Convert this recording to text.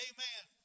Amen